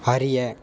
அறிய